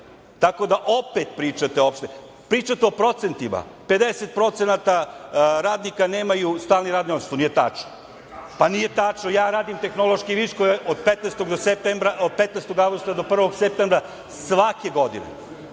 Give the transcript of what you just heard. Tako da, opet pričate opšte…Pričate o procentima. Pedeset procenata radnika nemaju stalni radni odnos, što nije tačno. Pa, nije tačno, ja radim tehnološke viškove od 15. avgusta do 1. septembra svake godine